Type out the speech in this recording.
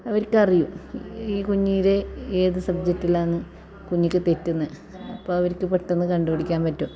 അവർക്ക് അറിയൂ ഈ കുഞ്ഞിൻ്റെ ഏത് സബ്ജെക്റ്റിലാണ് കുഞ്ഞിക്ക് തെറ്റുന്നത് അപ്പം അവർക്ക് പെട്ടെന്ന് കണ്ട് പിടിക്കാൻ പറ്റും